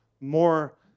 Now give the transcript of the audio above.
more